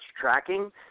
tracking